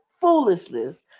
foolishness